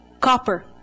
Copper